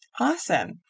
Awesome